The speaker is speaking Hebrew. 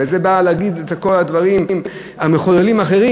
וזה גם בא להגיד את כל הדברים המכוננים האחרים,